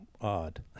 odd